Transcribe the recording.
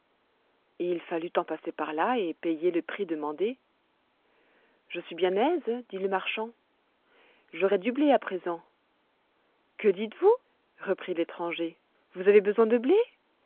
il fallut en passer par là et payer le prix demandé je suis bien aise dit le marchand j'aurai du blé à présent que dites-vous reprit l'étranger vous avez besoin de blé